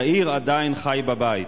"יאיר עדיין חי בבית".